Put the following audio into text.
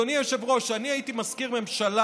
אדוני היושב-ראש, אני הייתי מזכיר ממשלה